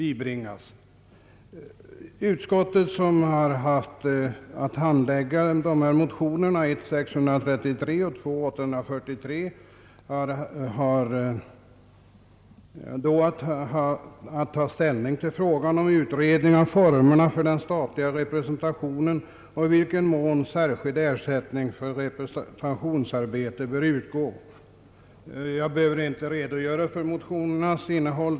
Vid handläggningen av motionerna 1: 663 och II: 843 har utskottet haft att taga ställning till frågan om utredning av formerna för den statliga representationen och i vilken mån särskild ersättning för representationsarbete bör utgå. Jag behöver inte redogöra för motionernas innehåll.